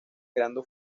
creando